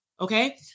okay